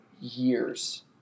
years